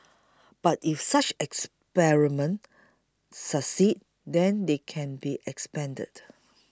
but if such experiments succeed then they can be expanded